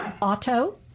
auto